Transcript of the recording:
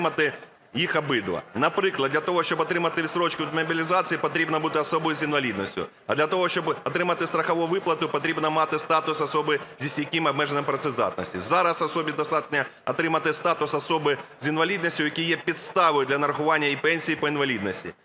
Наприклад, для того, щоб отримати відстрочку від мобілізації, потрібно бути особою з інвалідністю. А для того, щоб отримати страхову виплату, потрібно мати статус особи зі стійким обмеженням працездатності. Зараз особі достатньо отримати статус особи з інвалідністю, який є підставою для нарахування їй пенсії по інвалідності.